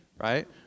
right